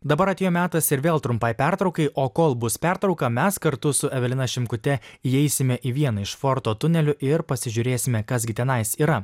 dabar atėjo metas ir vėl trumpai pertraukai o kol bus pertrauka mes kartu su evelina šimkute įeisime į vieną iš forto tunelių ir pasižiūrėsime kas gi tenais yra